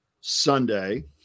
Sunday